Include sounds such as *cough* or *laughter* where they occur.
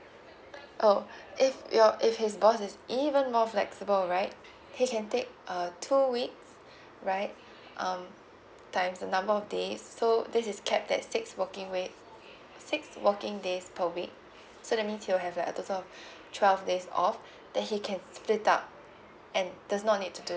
oh *breath* if your if his boss is even more flexible right he can take uh two weeks *breath* right um times the number of days so this is capped at six working wee~ six working days per week so that means he will have uh a total of *breath* twelve days off *breath* that he can split up and does not need to